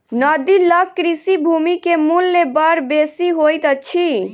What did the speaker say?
नदी लग कृषि भूमि के मूल्य बड़ बेसी होइत अछि